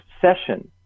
session